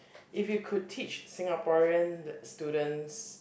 if you could teach Singaporean students